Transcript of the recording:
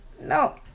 No